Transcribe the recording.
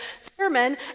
sermon